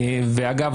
אגב,